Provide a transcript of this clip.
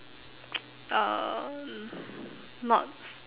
um not s~